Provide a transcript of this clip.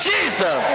Jesus